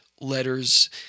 letters